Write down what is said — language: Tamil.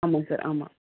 ஆமாம் சார் ஆமாம்